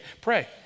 Pray